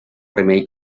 remei